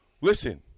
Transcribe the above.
Listen